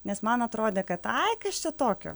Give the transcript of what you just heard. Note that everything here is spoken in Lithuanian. nes man atrodė kad ai kas čia tokio